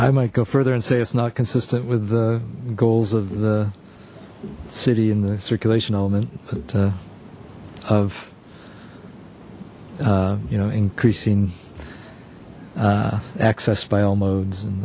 i might go further and say it's not consistent with the goals of the city and the circulation element but of you know increasing access by all modes and